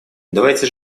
давайте